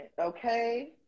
okay